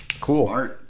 Cool